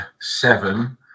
seven